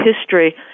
history